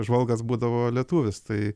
žvalgas būdavo lietuvis tai